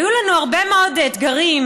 היו לנו הרבה מאוד אתגרים,